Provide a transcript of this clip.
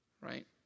right